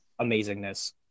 Amazingness